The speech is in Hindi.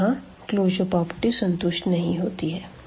तो यहाँ क्लोजर प्रॉपर्टी संतुष्ट नहीं होती है